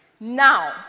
Now